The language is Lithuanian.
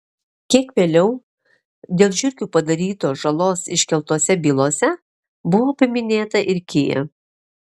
kiek vėliau dėl žiurkių padarytos žalos iškeltose bylose buvo paminėta ir kia